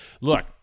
look